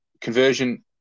conversion